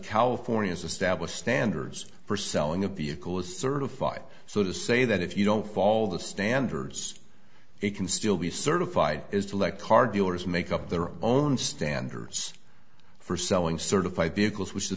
california is established standards for selling a vehicle is certified so to say that if you don't fall the standards you can still be certified is to let car dealers make up their own standards for selling certified vehicles which